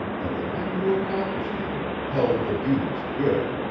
but the men who accomplished them held the deeds good.